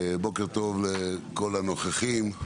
בוקר טוב לכול הנוכחים.